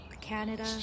Canada